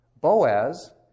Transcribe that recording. Boaz